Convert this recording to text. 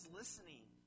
listening